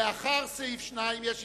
לאחר סעיף 2 יש הסתייגות,